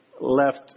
left